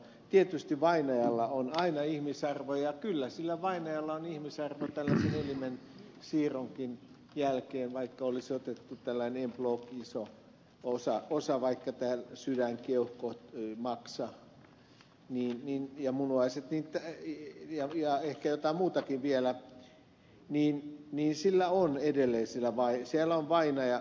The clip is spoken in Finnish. tietysti vainajalla on aina ihmisarvo ja kyllä sillä vainajalla on ihmisarvo tällaisen elimen siirronkin jälkeen vaikka olisi otettu iso osa vaikka sydän keuhkot maksa ja munuaiset ja ehkä jotain muutakin vielä niin sillä vainajalla on edelleen ihmisarvo